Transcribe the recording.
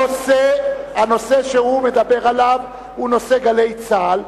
הנושא שהוא מדבר עליו הוא "גלי צה"ל".